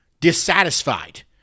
dissatisfied